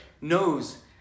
knows